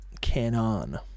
canon